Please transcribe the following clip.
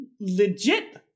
legit